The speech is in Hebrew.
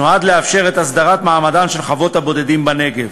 נועד לאפשר את הסדרת מעמדן של חוות הבודדים בנגב.